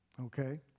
Okay